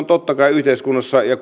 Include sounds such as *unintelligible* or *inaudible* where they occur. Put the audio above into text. *unintelligible* totta kai yhteiskunnassa ja *unintelligible*